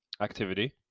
activity